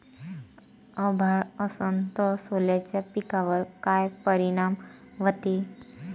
अभाळ असन तं सोल्याच्या पिकावर काय परिनाम व्हते?